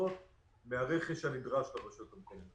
לפחות מן הרכש הנדרש לרשויות המקומיות.